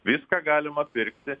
viską galima pirkti